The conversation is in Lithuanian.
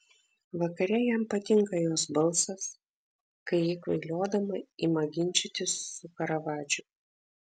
vakare jam patinka jos balsas kai ji kvailiodama ima ginčytis su karavadžu